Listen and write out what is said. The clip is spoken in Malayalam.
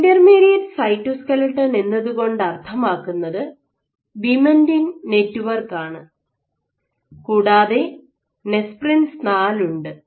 ഇന്റർമീഡിയറ്റ് സൈറ്റോസ്ക്ലെട്ടൺ എന്നതുകൊണ്ട് അർത്ഥമാക്കുന്നത് വിമെന്റിൻ നെറ്റ്വർക്ക് ആണ് കൂടാതെ നെസ്പ്രിൻസ് 4 ഉണ്ട്